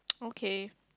okay